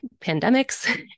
pandemics